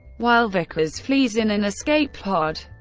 while vickers flees in an escape pod.